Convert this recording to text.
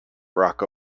barack